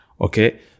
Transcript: okay